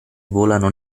volano